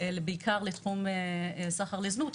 בשנתיים האחרונות,